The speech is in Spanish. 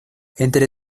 entre